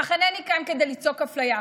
אך אינני כאן כדי לצעוק על אפליה,